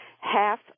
half